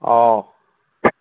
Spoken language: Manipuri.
ꯑꯥꯎ